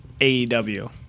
AEW